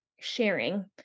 sharing